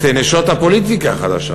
את נשות הפוליטיקה החדשה: